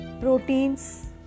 proteins